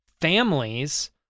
families